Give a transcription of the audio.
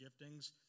giftings